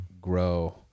grow